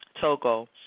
Togo